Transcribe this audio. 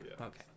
Okay